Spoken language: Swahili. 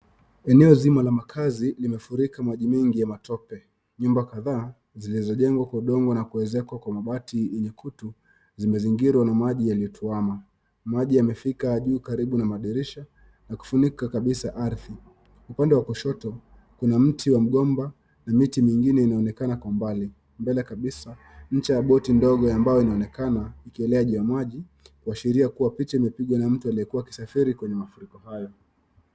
Eneo zima la makazi limefurika maji mengi ya matope. Nyumba kadhaa zilizojengwa kwa udongo na kuezekwa kwa mabati yenye kutu zimezingirwa na maji yaliyotuama. Maji yamefika juu karibu na madirisha na kufunika kabisa ardhi. Upande wa kushoto, kuna mti wa mgomba na miti mingine inaonekana kwa mbali. Mbele kabisa, ncha ya boti ndogo ya mbao inaonekana ikielea juu ya maji, kuashiria kuwa picha imepigwa na mtu aliyekuwa akisafiri kwenye mafuriko hayo.